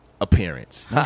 Appearance